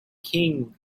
king